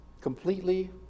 completely